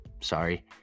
sorry